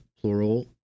plural